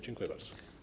Dziękuję bardzo.